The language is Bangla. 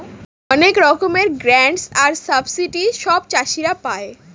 অনেক রকমের গ্রান্টস আর সাবসিডি সব চাষীরা পাই